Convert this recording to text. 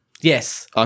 Yes